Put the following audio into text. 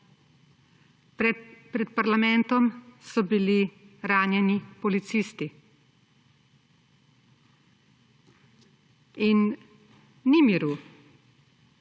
Pred parlamentom so bili ranjeni policisti. In ni miru.